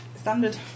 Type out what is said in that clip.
Standard